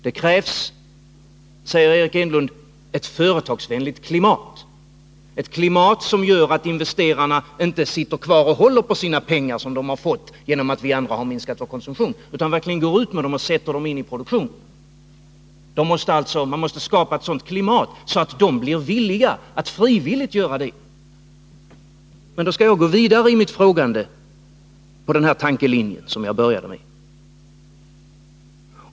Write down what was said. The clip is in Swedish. Det krävs, säger Eric Enlund, ett företagsvänligt klimat, ett klimat som gör att investerarna inte sitter och håller på sina pengar som de har fått genom att vi andra har minskat vår konsumtion, utan att de verkligen sätter in pengarna i produktionen. Man måste skapa ett sådant klimat att de blir villiga att frivilligt göra detta. Men jag skall gå vidare i mitt frågande, efter den tankelinje som jag börjat med.